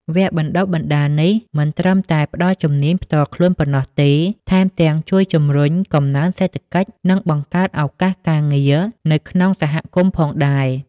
វគ្គបណ្តុះបណ្តាលនេះមិនត្រឹមតែផ្តល់ជំនាញផ្ទាល់ខ្លួនប៉ុណ្ណោះទេ ថែមទាំងជួយជំរុញកំណើនសេដ្ឋកិច្ច និងបង្កើតឱកាសការងារនៅក្នុងសហគមន៍ផងដែរ។